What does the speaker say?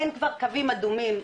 אין כבר קווים אדומים,